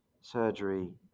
surgery